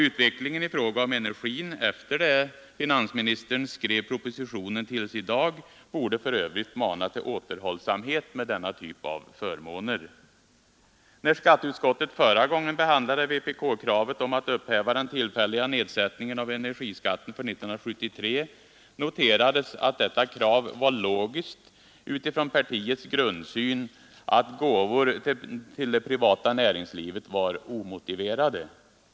Utvecklingen i fråga om energin efter det att finansministern skrev propositionen borde för övrigt mana till återhållsamhet med denna typ av förmåner. När skatteutskottet förra gången behandlade vpk-kravet om att upphäva den tillfälliga nedsättningen av energiskatten för 1973, noterades att detta krav var logiskt utifrån partiets grundsyn att gåvor till det privata näringslivet var omotiverade.